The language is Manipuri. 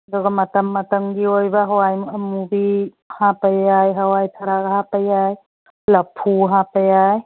ꯑꯗꯨꯒ ꯃꯇꯝ ꯃꯇꯝꯒꯤ ꯑꯣꯏꯕ ꯍꯋꯥꯏ ꯑꯃꯨꯕꯤ ꯍꯥꯞꯄ ꯌꯥꯏ ꯍꯋꯥꯏ ꯊꯔꯥꯛ ꯍꯥꯞꯄ ꯌꯥꯏ ꯂꯐꯨ ꯍꯥꯞꯄ ꯌꯥꯏ